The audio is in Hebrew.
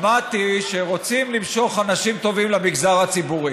שמעתי שרוצים למשוך אנשים טובים למגזר הציבורי.